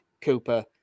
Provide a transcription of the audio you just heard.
Cooper